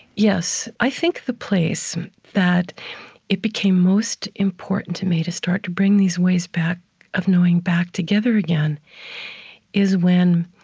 yes. i think the place that it became most important to me to start to bring these ways of knowing back together again is when,